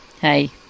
hey